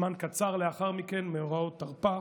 זמן קצר לאחר מכן, מאורעות תרפ"א.